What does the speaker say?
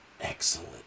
excellent